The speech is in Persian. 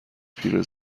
پیره